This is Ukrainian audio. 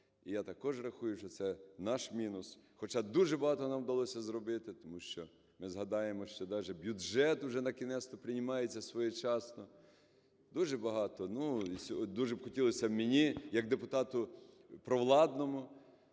І я також рахую, що це наш мінус. Хоча дуже багато нам вдалося зробити, тому що ми згадаємо, що даже бюджет уже накінець-то приймається вчасно. Дуже багато… Ну, дуже б хотілося мені як депутату провладному